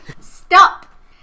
Stop